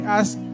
ask